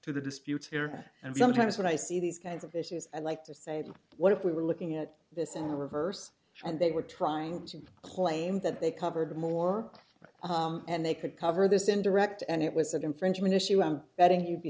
to the disputes here and sometimes when i see these kinds of issues i like to say that what if we were looking at this in reverse and they were trying to claim that they covered more and they could cover this in direct and it was an infringement issue i'm betting you'd be